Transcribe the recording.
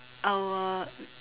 our